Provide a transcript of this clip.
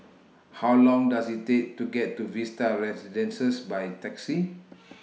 How Long Does IT Take to get to Vista Residences By Taxi